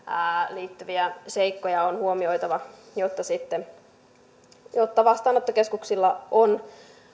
liittyviä seikkoja on huomioitava jotta vastaanottokeskuksilla on